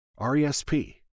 RESP